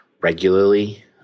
regularly